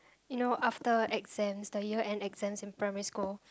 you know after exams the year end exams in primary school